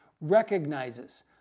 recognizes